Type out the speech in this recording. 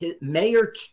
Mayor